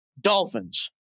Dolphins